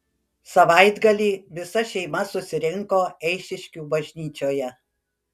savaitgalį visa šeima susirinko eišiškių bažnyčioje